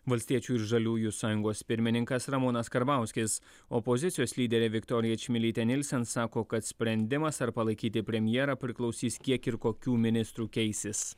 valstiečių ir žaliųjų sąjungos pirmininkas ramūnas karbauskis opozicijos lyderė viktorija čmilytė nilsen sako kad sprendimas ar palaikyti premjerą priklausys kiek ir kokių ministrų keisis